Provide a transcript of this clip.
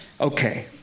Okay